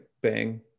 bang